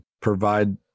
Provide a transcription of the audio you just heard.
provide